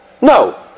No